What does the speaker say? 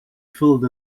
filled